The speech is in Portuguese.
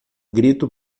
grito